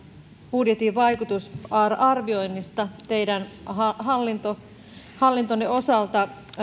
budjetin vaikutusarvioinnista teidän hallintonne osalta